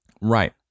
Right